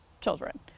children